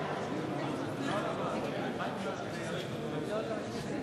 אדוני היושב-ראש,